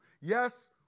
Yes